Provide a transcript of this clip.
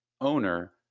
owner